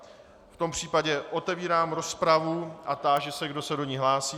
V tom případě otevírám rozpravu a táži se, kdo se do ní hlásí.